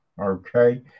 okay